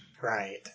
Right